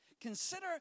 Consider